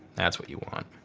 that's what you want.